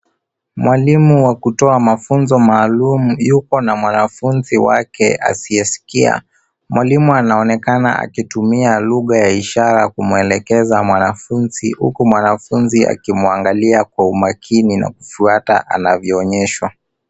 Mwalimu wa kutoa mafunzo maalum yupo na mwanafunzi wake asiyesikia. Mwalimu anaonekana akitumia lugha ya ishara kumwelekeza mwanafunzi, huku mwanafunzi akimwangalia kwa umakini na kufuata anavyoonyeshwa.